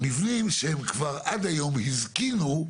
מבנים שהם כבר עד היום הזקינו,